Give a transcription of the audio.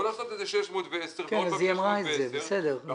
לא לעשות את זה 610 ועוד פעם 610. אבל